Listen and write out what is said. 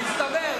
זה מצטבר.